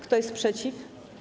Kto jest przeciw?